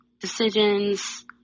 decisions